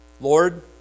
Lord